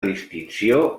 distinció